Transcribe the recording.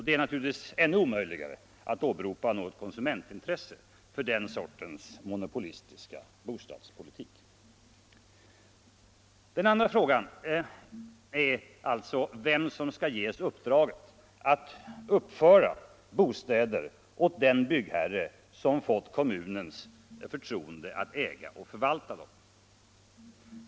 Det är naturligtvis ännu omöjligare att åberopa något konsumentin tresse för den sortens monopolistiska politik. Nr 28 Den andra frågan är vem som skall ges uppdraget att uppföra bostäder Fredagen den åt den byggherre som fått kommunens förtroende att äga och förvalta 28 februari "1975 dem.